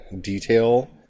detail